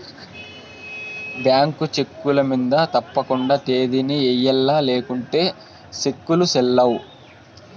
bank చెక్కుల మింద తప్పకండా తేదీని ఎయ్యల్ల లేకుంటే సెక్కులు సెల్లవ్